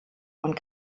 und